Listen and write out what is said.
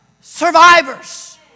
survivors